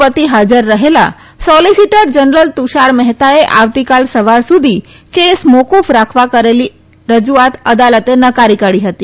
વતિ હાજર રહેલા solicitor general Tushar મહેતાએ આવતીકાલ સવાર સુધી કેસ મોકુફ રાખવા કરેલી રજુઆત અદાલતે નકારી કાઢી હતી